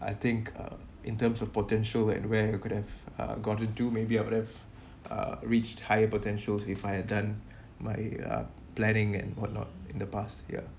I think uh in terms of potential where where you could have uh gone to do maybe I would have uh reached higher potentials if I had done my uh planning and what not in the past ya